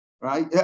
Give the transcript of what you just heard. right